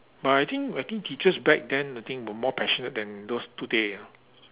but I think I think teachers back then I think were more passionate than those today ah